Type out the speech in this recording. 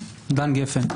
דן גפן.